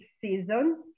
season